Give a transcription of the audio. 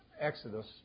exodus